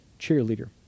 cheerleader